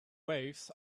waves